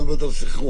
ואת מדברת על סנכרון.